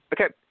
Okay